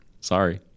Sorry